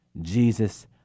Jesus